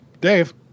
Dave